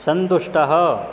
सन्तुष्टः